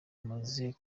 umaze